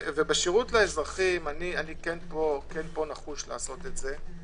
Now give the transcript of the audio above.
ובשירות לאזרחים אני נחוש לעשות את זה.